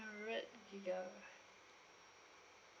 hundred gigabyte